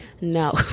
No